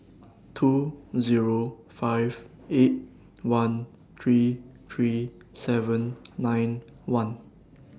two Zero five eight one three three seven nine one